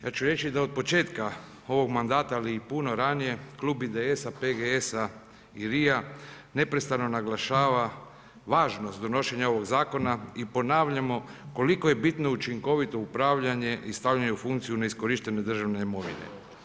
Ja ću reći da od početka ovoga mandata ali i puno ranije, Klub IDS-a, PGS-a i LRI-a, neprestano naglašava važnost donošenja ovog zakona i ponavljamo, koliko je bitno učinkovito upravljanje i stavljanje u funkciju neiskorištene državne imovine.